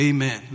Amen